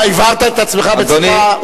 אתה הבהרת את עצמך בצורה,